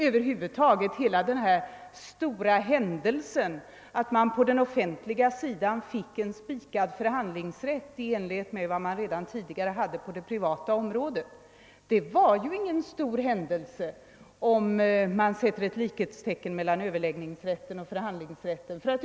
Över huvud taget var hela denna stora händelse, att man på den offentliga sidan fick en spikad förhandlingsrätt i enlighet med vad man redan tidigare hade på det privata området, ingen stor händelse, om man sätter ett likhetstecken mellan överläggningsrätten och förhandlingsrätten.